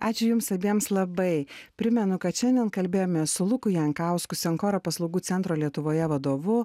ačiū jums abiems labai primenu kad šiandien kalbėjome su luku jankausku senkoro paslaugų centro lietuvoje vadovu